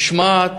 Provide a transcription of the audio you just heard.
יש שם משמעת.